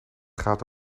gaat